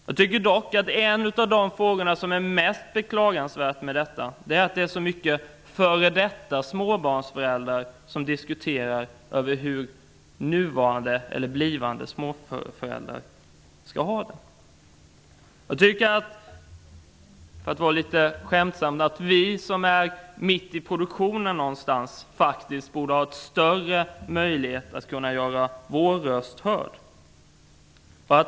Jag tycker dock att något av det mest beklagansvärda i detta är att så många f.d. småbarnsföräldrar diskuterar hur nuvarande eller blivande småbarnsföräldrar skall ha det. Jag tycker -- för att vara litet skämtsam -- att vi som är mitt i produktionen borde ha större möjlighet att göra våra röster hörda.